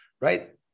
Right